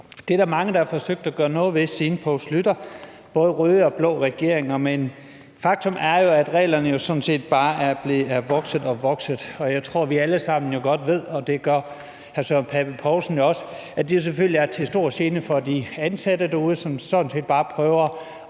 Poul Schlüter der har forsøgt at gøre noget ved, både røde og blå regeringer, men faktum er jo, at reglerne sådan set bare er vokset og vokset, og jeg tror, vi alle sammen godt ved, og det gør hr. Søren Pape Poulsen også, at det selvfølgelig er til stor gene for de ansatte derude, som sådan set bare prøver